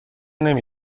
نمی